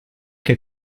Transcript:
che